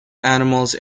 animals